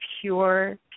pure